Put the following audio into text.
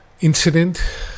incident